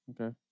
Okay